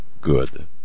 good